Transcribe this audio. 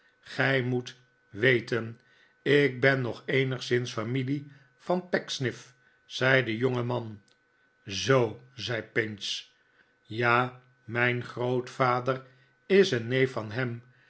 gij moet weten ik ben nog eenigszins familie van pecksniff zgi de jongeman zoo zei pinch ja mijn grootvader is een neef van hem